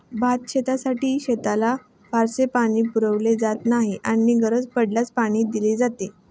भातशेतीसाठी शेताला फारसे पाणी पुरवले जात नाही आणि गरज पडल्यास पाणी दिले जाते